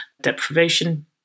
deprivation